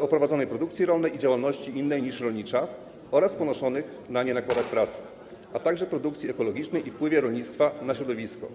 o prowadzonej produkcji rolnej i działalności innej niż rolnicza oraz ponoszonych na nie nakładach pracy, a także produkcji ekologicznej i wpływie rolnictwa na środowisko.